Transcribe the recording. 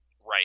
right